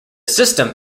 system